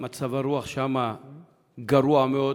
מצב הרוח שם ממש גרוע מאוד,